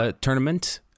tournament